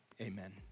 Amen